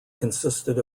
consisted